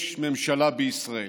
יש ממשלה בישראל.